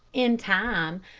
in time,